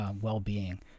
well-being